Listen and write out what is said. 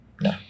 No